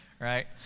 right